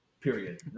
period